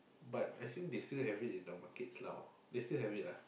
but I think they still have it in the market now they still have it lah